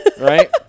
right